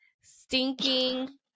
Stinking